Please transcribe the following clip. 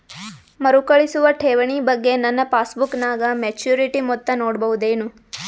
ಮರುಕಳಿಸುವ ಠೇವಣಿ ಬಗ್ಗೆ ನನ್ನ ಪಾಸ್ಬುಕ್ ನಾಗ ಮೆಚ್ಯೂರಿಟಿ ಮೊತ್ತ ನೋಡಬಹುದೆನು?